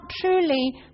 truly